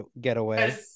getaway